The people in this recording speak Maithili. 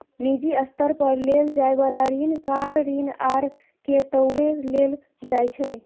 निजी स्तर पर लेल जाइ बला ऋण कार ऋण आर के तौरे लेल जाइ छै